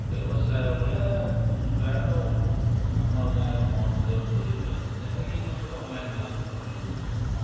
ବ୍ୟବସାୟ ବଏଲେ ପ୍ରାୟତଃ ଆମର୍ ଗାଁ'ରେ ମୋର୍ ନିଜର୍ ଷ୍ଟୋରୀ ବି ଅଛେ ଯେନ୍ତା କି ମୁଇଁ ଗୁଟେ ଅନ୍ଲାଇନ୍ ଦୁକାନ୍ କର୍ବି ବୋଲି ଚାହିଁଥିଲି